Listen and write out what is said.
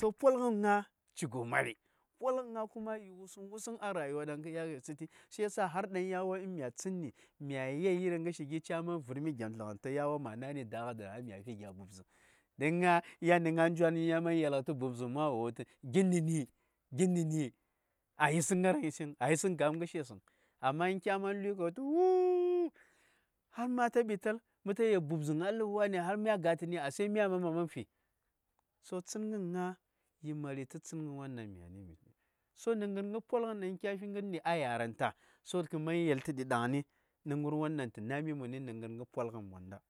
To polgən ŋa: ci gwos mari. polgən ŋa: kuma yi wusəŋ-wusəŋ a rayuwa ɗaŋ kə yeli. Polgən ŋa: ci minti mbəslən a ra:wos. Shiyasa har yawon mha tsitni, mya yel ngirshi ca vhr mi dambargən tu ya:won mha na:y nə ŋa:, yan ŋa: nzwan ya man yelgh tə bubzəng ma wo wul tu gin nə ni?-gin nə ni? a yi:səng ŋga:raŋke vəŋ a yi:səng gam ngirshe vəri Amma in kya man lui: ɓt ai ma ta ɓital mh ta ye bubzəŋ a ləb wa:ni ai mya ga: tun ni, ashe myan ma mha man fi. To tsingən ŋa: yi mari tə tsingən mən vhar. To nh ngən-gh polgən dan kya fi ngəndi a lya mhri, ka mhan yelshi daŋni nə ngirwon ɗaŋ tə nah mi mhni nh ngəngh polgən womda.